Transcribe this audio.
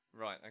right